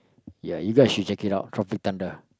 ya you guys should check it out Tropic-Thunder